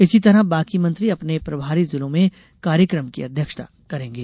इसी तरह बाकी मंत्री अपने प्रभारी जिलों में कार्यक्रम की अध्यक्षता करेंगे